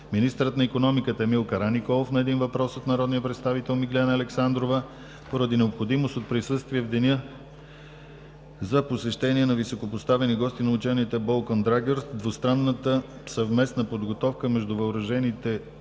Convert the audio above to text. министърът на икономиката Емил Караниколов – на един въпрос от народния представител Миглена Александрова. Поради необходимост от присъствие в деня за посещение на високопоставени гости на учението „Balkan Dragger“ – двустранна съвместна подготовка между Въоръжените